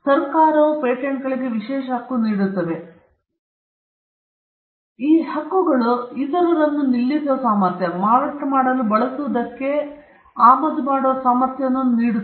ಸರ್ಕಾರವು ಪೇಟೆಂಟ್ಗಳಿಗೆ ವಿಶೇಷ ಹಕ್ಕು ನೀಡುತ್ತಾರೆ ನಾನು ಹೇಳಿದಂತೆ ಇತರರು ನಿಲ್ಲಿಸುವ ಸಾಮರ್ಥ್ಯ ಮತ್ತು ಮಾರಾಟ ಮಾಡಲು ಬಳಸುವುದಕ್ಕೆ ಮಾರಾಟಕ್ಕೆ ಮತ್ತು ಆಮದು ಮಾಡುವ ಸಾಮರ್ಥ್ಯವನ್ನೂ ಅದು ನೀಡುತ್ತದೆ